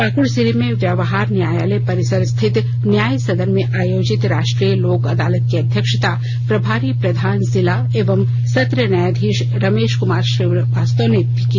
पाकड जिले में व्यवहार न्यायालय परिसर स्थित न्याय सदन में आयोजित राष्ट्रीय लोक अदालत की अध्यक्षता प्रभारी प्रधान जिला एवं सत्र न्यायाधीश रमेश कुमार श्रीवास्तव ने की